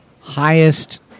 highest